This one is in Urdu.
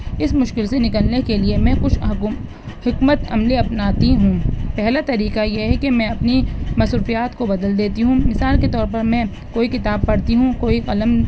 اس مشکل سے نکلنے کے لیے میں کچھ حکم حکمتِ عملی اپناتی ہوں پہلا طریقہ یہ ہے کہ میں اپنی مصروفیات کو بدل دیتی ہوں مثال کے طور پر میں کوئی کتاب پڑھتی ہوں کوئی قلم